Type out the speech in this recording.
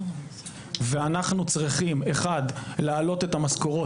ואנחנו צריכים, אחד, להעלות את המשכורות.